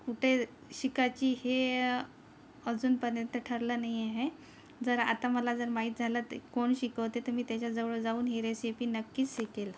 कुठे शिकायची हे अजूनपर्यंत ठरलं नाही आहे जर आता मला जर माहीत झालं तर कोण शिकवते तर मी त्याच्याजवळ जाऊन ही रेसिपी नक्कीच शिकेल